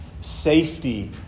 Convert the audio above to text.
safety